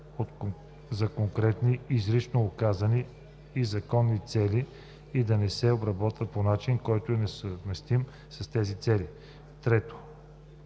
за конкретни, изрично указани и законни цели и да не се обработват по начин, който е несъвместим с тези цели; 3.